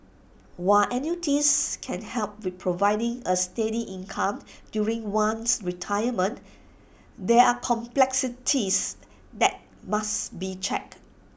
while annuities can help with providing A steady income during one's retirement there are complexities that must be checked